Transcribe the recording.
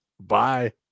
Bye